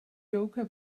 yoga